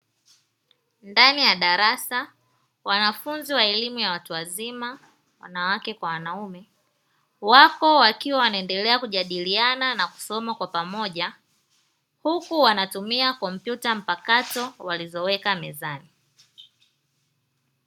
Ndani ya darasa wanafunzi wa elimu ya watu wazima wanawake kwa wanaume wako wakiwa wanaendelea kujadiliana na kusoma kwa pamoja, huku wanatumia kompyuta mpakato walizoweka mezani.